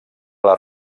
les